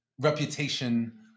reputation